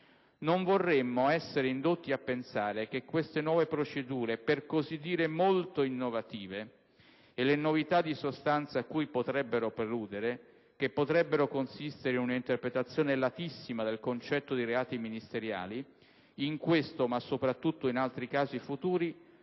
Non vorremmo essere indotti a pensare che queste nuove procedure per così dire molto innovative e le novità di sostanza a cui potrebbero preludere, che potrebbero consistere in un'interpretazione latissima del concetto di reati ministeriali, in questo, ma soprattutto in altri casi futuri,